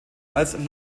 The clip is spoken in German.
als